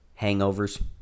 hangovers